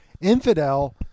Infidel